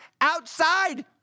Outside